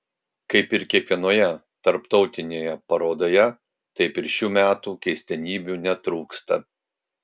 kaip ir kiekvienoje tarptautinėje parodoje taip ir šių metų keistenybių netrūksta